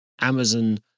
Amazon